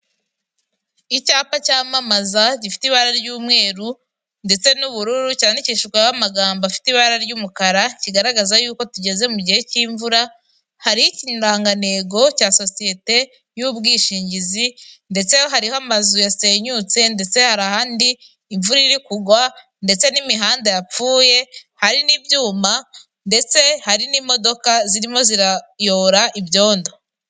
Icyapa cyamamaza gifite ibara ry'umweru ndetse n'ubururu cyandikishijweho amagambo afite ibara ry'umukara, kigaragaza yuko tugeze mu gihe cy'imvura. Hariho ikirangantego cya sosiyete y'ubwishingizi ndetse hariho amazu yasenyutse ndetse hari ahandi imvura iririmo kugwa ndetse n'imihanda yapfuye hari n'ibyuma ndetse hari n'imodoka zirimo zirayora ibyondo.